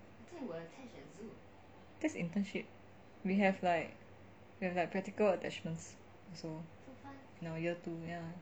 thats internship we have like we have like practical attachments also in our year two ya